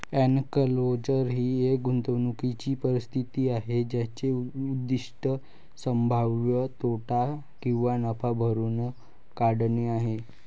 enclosure ही एक गुंतवणूकीची परिस्थिती आहे ज्याचे उद्दीष्ट संभाव्य तोटा किंवा नफा भरून काढणे आहे